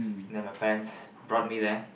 then my parents bought me there